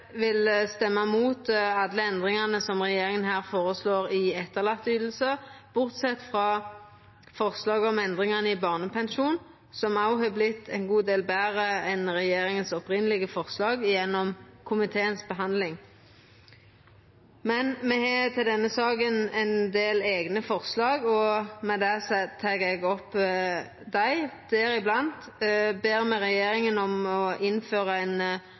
vil stemma imot alle endringane som regjeringa her føreslår i etterlatneytingar, bortsett frå forslaget om endringane i barnepensjon, som òg har vorte ein god del betre enn det opphavlege forslaget til regjeringa, gjennom komiteens behandling. Me er i denne saka med på ein del forslag, og eg anbefaler dei. Eg tek opp forslaget frå SV om å be regjeringa om å innføra